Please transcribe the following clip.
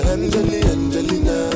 Angelina